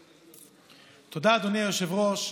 תודה, אדוני היושב-ראש.